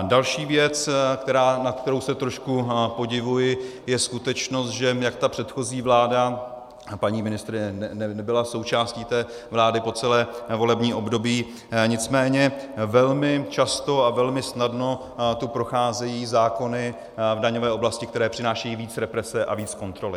Další věc, nad kterou se trošku podivuji, je skutečnost, že jak ta předchozí vláda, a paní ministryně nebyla součástí té vlády po celé volební období, nicméně velmi často a velmi snadno tu procházejí zákony v daňové oblasti, které přinášejí více represe a více kontroly.